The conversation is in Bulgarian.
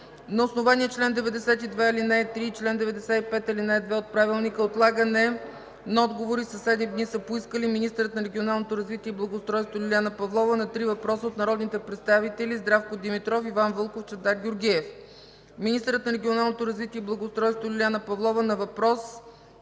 На основание чл. 92, ал. 3 и чл. 95, ал. 2 от Правилника, отлагане на отговори със седем дни са поискали: - министърът на регионалното развитие и благоустройството Лиляна Павлова – на три въпроса от народните представители Здравко Димитров, Иван Вълков, Чавдар Георгиев; - министърът на регионалното развитие и благоустройството Лиляна Павлова – на въпрос